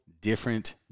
different